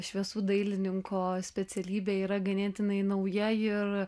šviesų dailininko specialybė yra ganėtinai nauja ir